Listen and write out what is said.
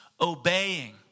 obeying